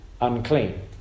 unclean